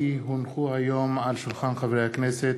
כי הונחו היום שולחן הכנסת,